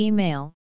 Email